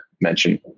mention